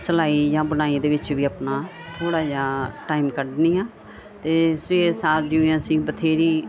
ਸਿਲਾਈ ਜਾਂ ਬੁਣਾਈ ਦੇ ਵਿੱਚ ਵੀ ਆਪਣਾ ਥੋੜ੍ਹਾ ਜਿਹਾ ਟਾਈਮ ਕੱਢਦੀ ਹਾਂ ਅਤੇ ਸਵੇਰ ਸਾਰ ਜਿਵੇਂ ਅਸੀਂ ਬਥੇਰੀ